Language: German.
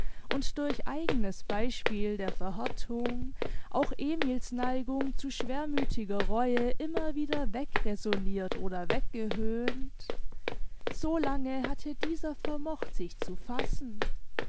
und durch eigenes beispiel der verhärtung auch emil's neigung zu schwermüthiger reue immer wieder weg raisonnirt oder weggehöhnt so lange hatte dieser vermocht sich zu fassen